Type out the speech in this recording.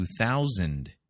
2,000